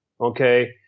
Okay